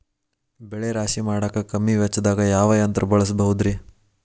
ಬೆಳೆ ರಾಶಿ ಮಾಡಾಕ ಕಮ್ಮಿ ವೆಚ್ಚದಾಗ ಯಾವ ಯಂತ್ರ ಬಳಸಬಹುದುರೇ?